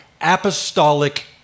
apostolic